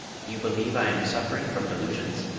you believe i am suffering from delusions?